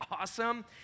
awesome